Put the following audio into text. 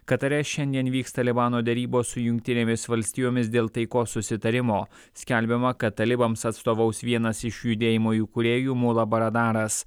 katare šiandien vyks talibano derybos su jungtinėmis valstijomis dėl taikos susitarimo skelbiama kad talibams atstovaus vienas iš judėjimo įkūrėjų mulabaradaras